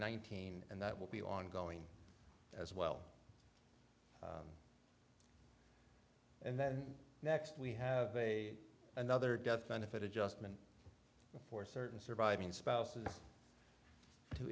nineteen and that will be ongoing as well and then next we have a another death benefit adjustment for certain surviving spouses to